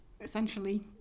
essentially